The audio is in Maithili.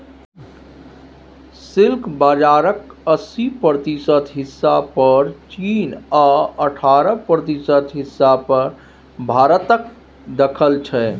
सिल्क बजारक अस्सी प्रतिशत हिस्सा पर चीन आ अठारह प्रतिशत हिस्सा पर भारतक दखल छै